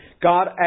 God